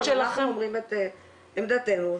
אנחנו אומרים את עמדתנו,